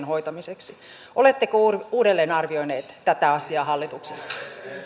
hoitamiseen oletteko uudelleen arvioineet tätä asiaa hallituksessa